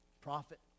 prophet